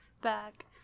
back